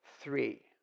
three